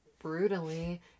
brutally